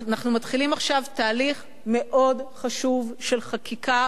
אנחנו מתחילים עכשיו תהליך מאוד חשוב של חקיקה,